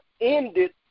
ended